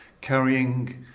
carrying